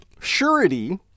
surety